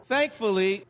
Thankfully